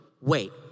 wait